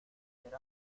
ser